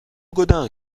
gaudin